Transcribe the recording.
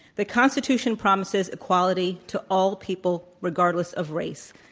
the constitution promises equality to all people regardless of race.